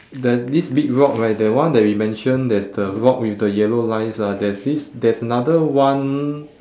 there's this big rock right the one that we mention there's the rock with the yellow lines ah there's this there's another one